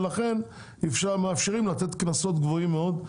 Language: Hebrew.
ולכן מאפשרים לתת קנסות גבוהים מאוד,